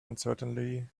uncertainly